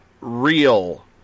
real